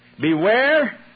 Beware